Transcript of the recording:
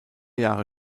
jahre